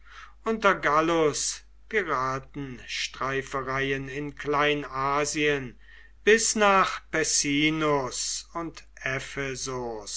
unter gallus piratenstreifereien in kleinasien bis nach pessinus und